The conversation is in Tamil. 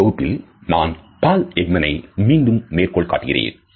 இந்த தொகுப்பில் நான் Paul Ekman னை மீண்டும் மேற்கோள் காட்டுகிறேன்